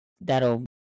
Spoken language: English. that'll